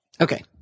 Okay